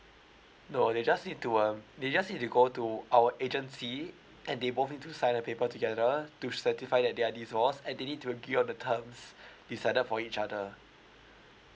no they just need to um they just need to go to our agency and they both need to sign a paper together to certify that they're divorced and they need to agree of the terms decided for each other